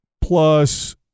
plus